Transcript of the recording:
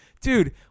dude